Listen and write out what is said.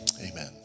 amen